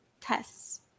tests